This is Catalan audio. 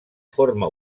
forma